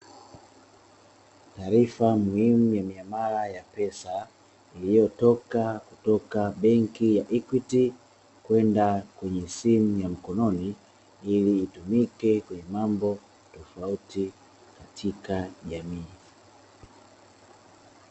Taarifa muhimu ya miamala ya pesa, iliyotoka kutoka benki ya "Equity" kwenda kenye simu ya mkononi ili itumike katika mambo tofauti katika jamii.